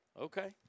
Okay